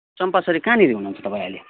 चम्पासरी कहाँनिर हुनुहुन्छ तपाईँ अहिले